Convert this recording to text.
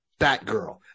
Batgirl